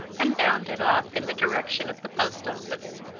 and bounded off in the direction of the post-office.